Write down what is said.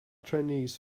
trainees